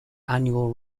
annual